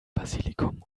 basilikum